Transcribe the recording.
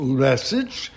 message